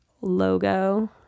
logo